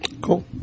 Cool